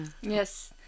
yes